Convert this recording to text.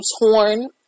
torn